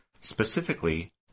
specifically